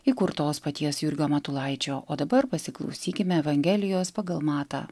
įkurtos paties jurgio matulaičio o dabar pasiklausykime evangelijos pagal matą